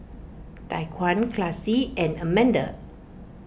Tyquan Classie and Amanda